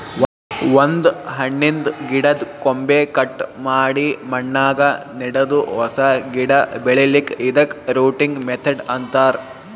ಒಂದ್ ಹಣ್ಣಿನ್ದ್ ಗಿಡದ್ದ್ ಕೊಂಬೆ ಕಟ್ ಮಾಡಿ ಮಣ್ಣಾಗ ನೆಡದು ಹೊಸ ಗಿಡ ಬೆಳಿಲಿಕ್ಕ್ ಇದಕ್ಕ್ ರೂಟಿಂಗ್ ಮೆಥಡ್ ಅಂತಾರ್